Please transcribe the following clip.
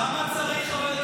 מה זה הדבר הזה?